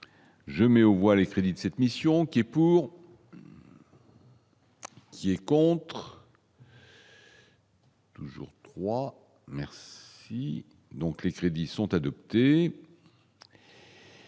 je mets au les crédits de cette mission, qui est pour. Qui est contre. Toujours 3, merci donc les crédits sont adoptés.